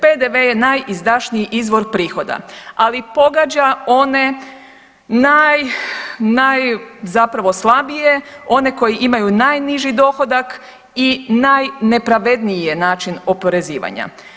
PDV je najizdašniji izvor prihoda, ali pogađa one naj, naj zapravo slabije, one koji imaju najniži dohodak i najnepravedniji je način oporezivanja.